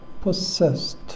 possessed